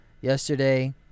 yesterday